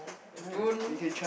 I don't